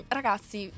ragazzi